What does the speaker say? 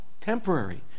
Temporary